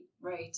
right